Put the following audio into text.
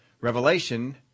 Revelation